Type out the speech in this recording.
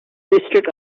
district